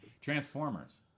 Transformers